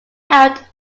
out